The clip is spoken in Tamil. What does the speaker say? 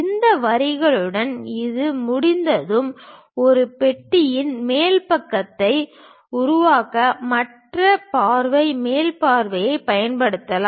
இந்த வரிகளுடன் இது முடிந்ததும் இந்த பெட்டியின் மேல் பக்கத்தை உருவாக்க மற்ற பார்வை மேல் பார்வையைப் பயன்படுத்தலாம்